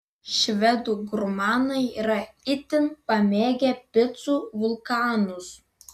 švedų gurmanai yra itin pamėgę picą vulkanas